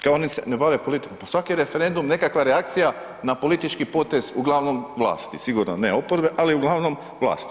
Kao oni se ne bave politikom, pa svaki referendum nekakva je reakcija na politički potez uglavnom vlasti, sigurno ne oporbe, ali uglavnom vlasti.